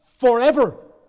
forever